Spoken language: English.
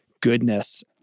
goodness